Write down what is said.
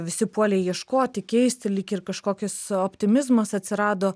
visi puolė ieškoti keisti lyg ir kažkokis optimizmas atsirado